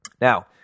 Now